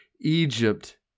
Egypt